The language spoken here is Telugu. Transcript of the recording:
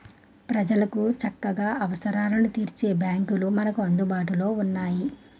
ప్రజలకు చక్కగా అవసరాలను తీర్చే బాంకులు మనకు అందుబాటులో ఉన్నాయి